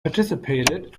participated